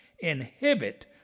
inhibit